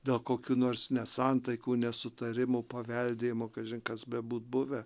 dėl kokių nors nesantaikų nesutarimų paveldėjimo kažin kas bebūt buvę